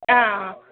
ആ ആ